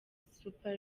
super